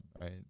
right